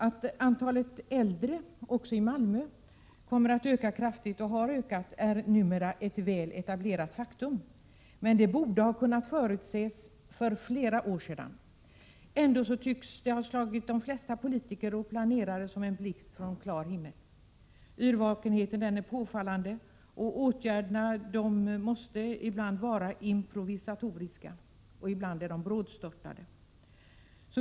Att antalet äldre också i Malmö kommer att öka kraftigt, och har ökat, är numera ett väl etablerat faktum. Men det borde ha kunnat förutses för flera år sedan. Ändå tycks detta för de flesta politiker och planerare ha slagit ned som en blixt från klar himmel. Yrvakenheten är påfallande och åtgärderna måste ibland vara improvisatoriska — ibland är de t.o.m. brådstörtade.